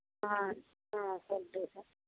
సంతోషం